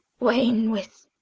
wane with